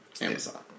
Amazon